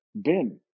BIM